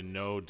no